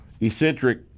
Eccentric